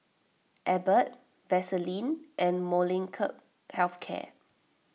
Abbott Vaselin and Molnylcke Health Care